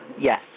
Yes